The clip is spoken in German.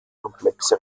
komplexe